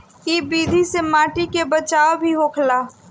इ विधि से माटी के बचाव भी होखेला